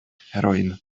heroine